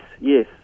yes